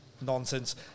nonsense